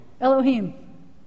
Elohim